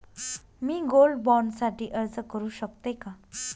मी gold bond साठी अर्ज करु शकते का?